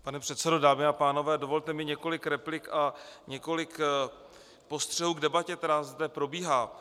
Pane předsedo, dámy a pánové, dovolte mi několik replik a několik postřehů k debatě, která zde probíhá.